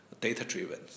data-driven